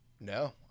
No